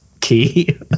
key